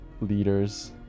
leaders